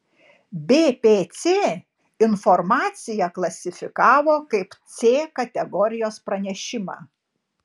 bpc informaciją klasifikavo kaip c kategorijos pranešimą